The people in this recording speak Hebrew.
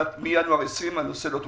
מינואר 2020 הנושא לא תוקצב.